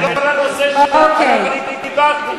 ולא לנושא שעליו אני דיברתי.